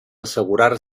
assegurar